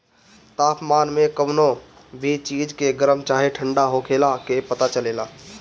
तापमान के कवनो भी चीज के गरम चाहे ठण्डा होखला के पता चलेला